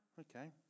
Okay